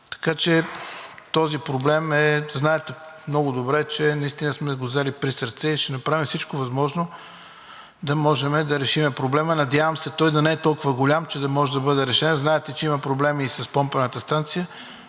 Този проблем, знаете много добре, че наистина сме го взели присърце и ще направим всичко възможно, за да можем да решим проблема. Надявам се, той да не е толкова голям, че да не може да бъде решен. Знаете, че има проблеми и с помпената станция.